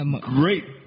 great